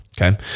Okay